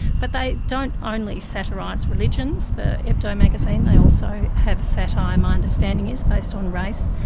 but they don't only satirise religions, the hebdo magazine, they also have satire, my my understanding is, based on race.